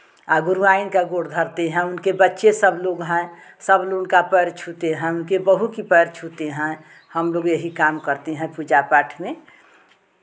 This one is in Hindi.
आ गुरुआइन का गोर धरते हैं उनके बच्चे सब लोग हैं सब लोगों का पैर छूते हैं उनके बहु की पैर छूते हैं हमलोग यही काम करते हैं पूजा पाठ में